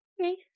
Okay